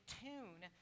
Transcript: tune